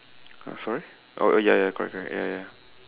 uh sorry oh oh ya ya ya correct correct ya ya ya